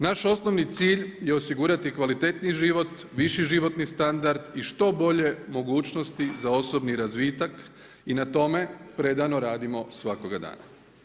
Naš osnovni cilj je osigurati kvalitetniji život, viši životni standard i što bolje mogućnosti za osobni razvitak i na tome predano radimo svakoga dana.